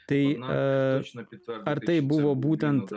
tai ar tai buvo būtent